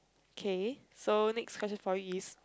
okay so next question for you is